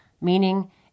meaning